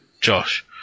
josh